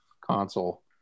console